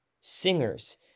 singers